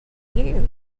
you